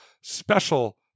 special